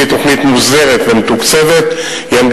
לפי תוכנית מוסדרת ומתוקצבת,